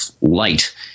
light